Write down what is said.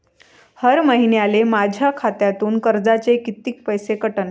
हर महिन्याले माह्या खात्यातून कर्जाचे कितीक पैसे कटन?